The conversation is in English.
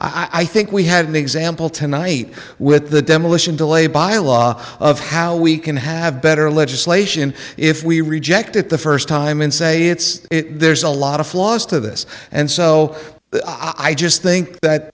it i think we had an example tonight with the demolition delay by law of how we can have better legislation if we reject it the first time and say it's there's a lot of flaws to this and so i just think that